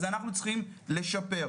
אז אנחנו צריכים לשפר.